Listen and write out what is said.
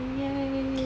!yay!